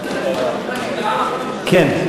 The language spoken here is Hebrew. כן.